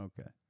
Okay